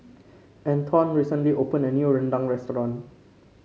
Antone recently opened a new rendang restaurant